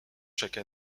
chaque